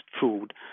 food